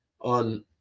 on